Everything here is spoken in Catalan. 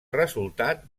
resultat